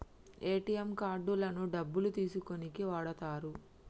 ATM కార్డులను డబ్బులు తీసుకోనీకి వాడతరు